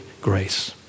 grace